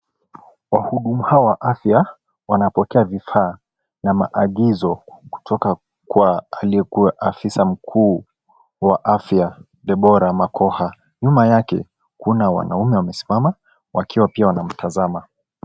Wahudumu hawa wa afya wanapokea vifaa na maagizo kutoka kwa aliyekuwa afisa mkuu wa afya, Deborah Makokha. Nyuma yake, kuna wanaume wamesimama wakiwa pia wanamtazama.